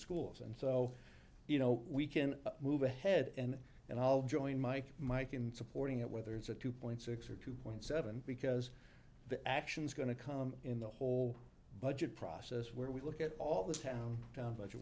schools and so you know we can move ahead and and i'll join mike mike in supporting it whether it's a two point six or two point seven because the action is going to come in the whole budget process where we look at all this town down budget